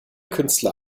künstler